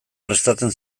prestatzen